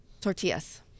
Tortillas